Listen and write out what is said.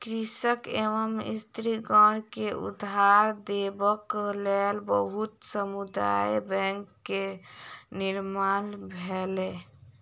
कृषक एवं स्त्रीगण के उधार देबक लेल बहुत समुदाय बैंक के निर्माण भेलै